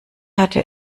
hatte